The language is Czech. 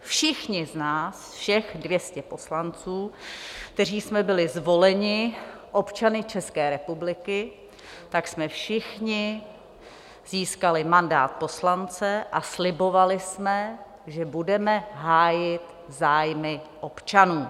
Všichni z nás, všech 200 poslanců, kteří jsme byli zvoleni občany České republiky, jsme všichni získali mandát poslance a slibovali jsme, že budeme hájit zájmy občanů.